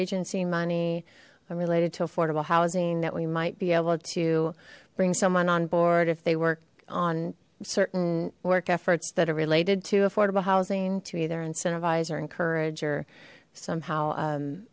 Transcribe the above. agency money i'm related to affordable housing that we might be able to bring someone on board if they work on certain work efforts that are related to affordable housing to either incentivize or encourage or somehow